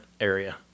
area